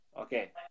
Okay